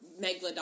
Megalodon